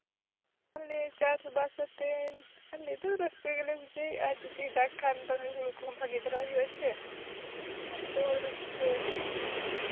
ᱟᱞᱮ ᱪᱟᱥᱼᱵᱟᱥ ᱠᱟᱛᱮᱫ ᱟᱞᱮ ᱫᱚ ᱨᱟᱹᱥᱠᱟᱹ ᱜᱮᱞᱮ ᱵᱩᱡᱷᱟᱹᱣ ᱮᱫᱼᱟ ᱡᱩᱫᱤ ᱫᱟᱜᱽ ᱠᱷᱟᱱ ᱫᱚᱭ ᱦᱩᱲᱩ ᱠᱚᱦᱚᱸ ᱵᱷᱟᱜᱮ ᱫᱷᱟᱨᱟ ᱦᱩᱭᱩᱜᱼᱟ ᱪᱮ ᱮᱱᱠᱷᱟᱱ ᱫᱚ ᱨᱟᱹᱥᱠᱟᱹ ᱜᱮ